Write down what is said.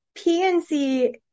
PNC